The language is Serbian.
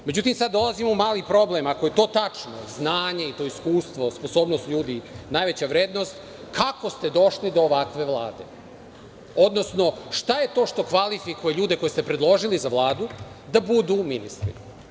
Međutim, sada dolazimo u mali problem, ako je to tačno, znanje, iskustvo, sposobnost ljudi najveća vrednost, kako ste došli do ovakve Vlade, odnosno šta je to što kvalifikuje ljude koje ste predložili za Vladu da budu ministri.